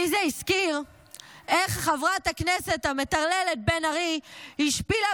לי זה הזכיר איך חברת הכנסת המטרללת בן ארי השפילה